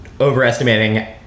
overestimating